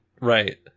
Right